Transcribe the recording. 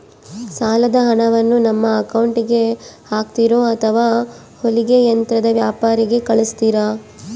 ಸಾಲದ ಹಣವನ್ನು ನಮ್ಮ ಅಕೌಂಟಿಗೆ ಹಾಕ್ತಿರೋ ಅಥವಾ ಹೊಲಿಗೆ ಯಂತ್ರದ ವ್ಯಾಪಾರಿಗೆ ಕಳಿಸ್ತಿರಾ?